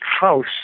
house